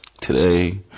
today